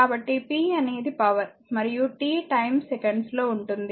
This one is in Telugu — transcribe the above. కాబట్టిp అనేది పవర్ మరియు t టైమ్ సెకండ్స్ లో ఉంటుంది